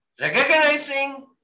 Recognizing